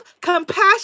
compassion